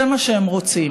זה מה שהם רוצים,